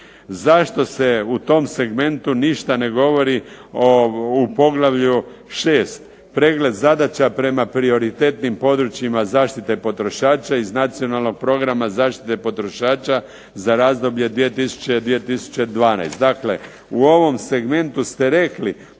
Zašto se u tom segmentu ništa ne govori u poglavlju 6. pregled zadaća prema prioritetnim područjima zaštite potrošača iz nacionalnog programa zaštite potrošača za razdoblje 2000.-2012. Dakle u ovom segmentu ste rekli